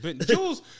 Jules